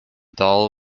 doll